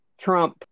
Trump